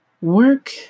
work